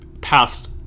past-